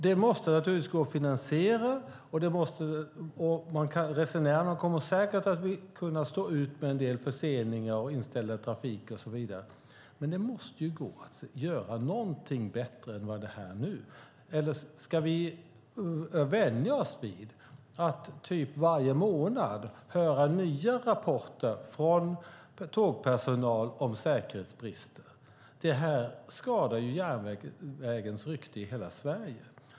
Det måste naturligtvis gå att finansiera, och resenärerna kommer säkert att kunna stå ut med en del förseningar, inställd trafik och så vidare. Det måste gå att göra någonting bättre än vad det är nu. Eller ska vi vänja oss vid att varje månad höra nya rapporter från tågpersonal om säkerhetsbrister? Det här skadar järnvägens rykte i hela Sverige.